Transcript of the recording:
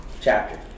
chapter